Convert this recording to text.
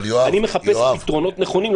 אני מחפש פתרונות נכונים,